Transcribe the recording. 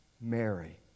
Mary